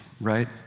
right